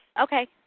Okay